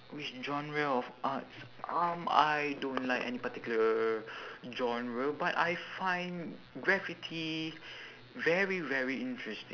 which genre of arts um I don't like any particular genre but I find graffiti very very interesting